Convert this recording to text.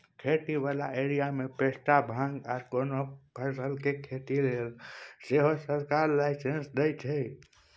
खेती बला एरिया मे पोस्ता, भांग आर कोनो फसल केर खेती लेले सेहो सरकार लाइसेंस दइ छै